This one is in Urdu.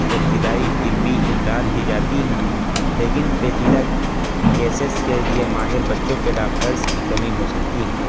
ابتدائی طبی امداد دی جاتی ہے لیکن پیچیدہ کیسز کے لیے ماہر بچوں کے ڈاکٹرز کی کمی ہو سکتی ہے